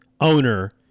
owner